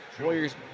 Warriors